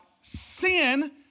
sin